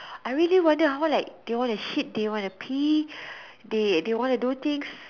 I really wonder how they wanna shit they wanna pee they wanna do things